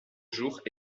jours